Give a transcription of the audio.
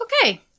Okay